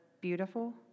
beautiful